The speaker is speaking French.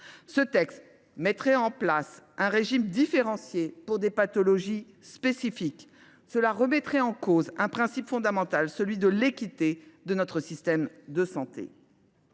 entraînerait la mise en place d’un régime différencié pour une pathologie spécifique, ce qui remettrait en cause un principe fondamental, celui de l’équité de notre système de santé.